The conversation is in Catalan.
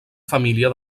família